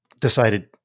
decided